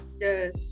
yes